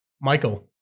Michael